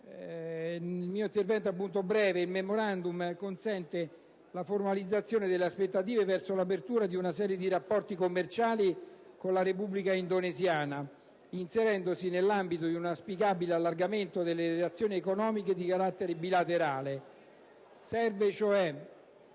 Il mio intervento sarà molto breve: il Memorandum consente la formalizzazione delle aspettative verso l'apertura di una serie di rapporti commerciali con la Repubblica indonesiana, inserendosi nell'ambito di un auspicabile allargamento delle relazioni economiche di carattere bilaterale. Serve cioè